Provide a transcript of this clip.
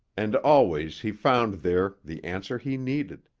and always he found there the answer he needed,